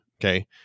Okay